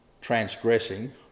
transgressing